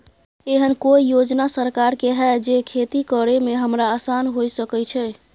एहन कौय योजना सरकार के है जै खेती करे में हमरा आसान हुए सके छै?